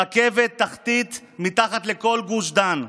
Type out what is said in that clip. רכבת תחתית מתחת לכל גוש דן.